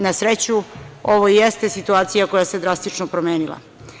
Na sreću, ovo jeste situacija koja se drastično promenila.